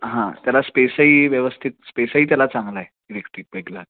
हां त्याला स्पेसही व्यवस्थित स्पेसही त्याला चांगला आहे इलेक्ट्रिक बाईकला